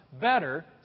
better